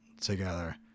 together